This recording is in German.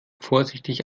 vorsichtig